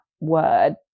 word